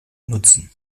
nutzen